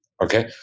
Okay